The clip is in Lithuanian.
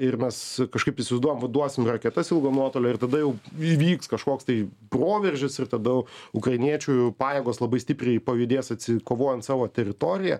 ir mes kažkaip įsivaizduojam va duosim raketas ilgo nuotolio ir tada jau įvyks kažkoks tai proveržis ir tada ukrainiečių pajėgos labai stipriai pajudės atsikovojant savo teritoriją